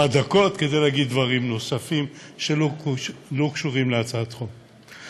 דקות כדי להגיד דברים נוספים שלא קשורים להצעת החוק.